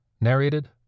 Narrated